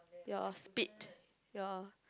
your spit your